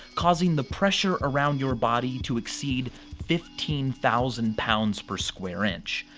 causing the pressure around your body to exceed fifteen thousand pounds per square inch.